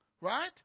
right